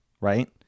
right